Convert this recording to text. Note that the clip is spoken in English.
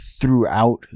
throughout